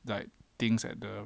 like things at the